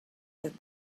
that